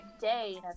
day